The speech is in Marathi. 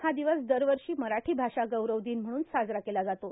हा दिवस दरवर्षी मराठी भाषा गौरव दिन म्हणून साजरा केला जातो